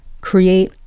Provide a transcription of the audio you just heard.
create